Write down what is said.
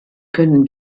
können